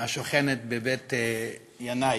השוכנת בבית-ינאי.